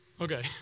Okay